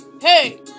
Hey